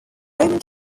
roman